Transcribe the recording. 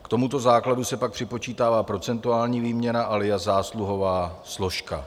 K tomuto základu se pak připočítává procentuální výměra alias zásluhová složka.